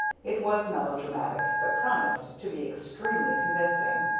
it was melodramatic, but promised to be extremely convincing.